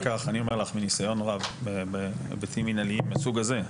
אני אומר לך מניסיון רב בהיבטים מנהליים מהסוג הזה.